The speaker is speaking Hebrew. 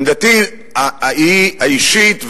עמדתי האישית,